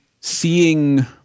seeing